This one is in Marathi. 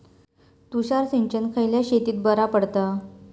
तुषार सिंचन खयल्या शेतीक बरा पडता?